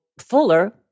fuller